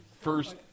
first